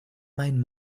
mein